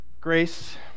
Grace